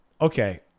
Okay